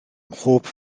mhob